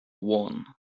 one